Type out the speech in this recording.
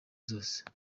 zose